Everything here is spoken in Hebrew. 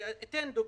אציג דוגמה.